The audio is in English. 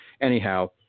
Anyhow